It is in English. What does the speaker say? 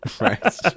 right